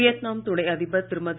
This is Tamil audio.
வியட்நாம் துணை அதிபர் திருமதி